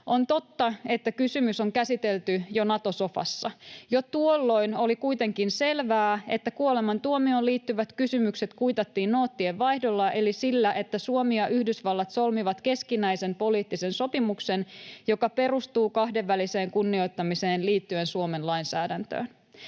On totta, että kysymys on käsitelty jo Nato-sofassa. Jo tuolloin oli kuitenkin selvää, että kuolemantuomioon liittyvät kysymykset kuitattiin noottienvaihdolla eli sillä, että Suomi ja Yhdysvallat solmivat keskinäisen poliittisen sopimuksen, joka perustuu kahdenväliseen kunnioittamiseen liittyen Suomen lainsäädäntöön.